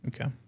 Okay